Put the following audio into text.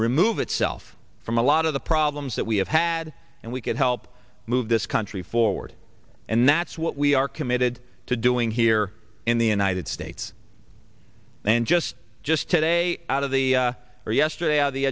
remove itself from a lot of the problems that we have had and we could help move this country forward and that's what we are committed to doing here in the united states and just just today out of the or yesterday of the